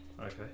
Okay